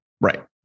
Right